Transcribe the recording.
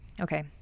Okay